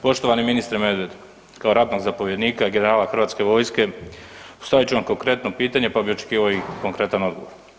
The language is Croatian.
Poštovani ministre Medved, kao ratnog zapovjednika i generala hrvatske vojske, postavit ću vam konkretno pitanje pa bi očekivao i konkretan odgovor.